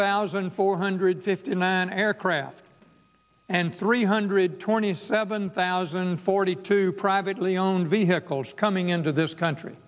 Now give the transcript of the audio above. thousand four hundred fifty nine aircraft and three hundred twenty seven thousand forty two privately owned vehicles coming into this country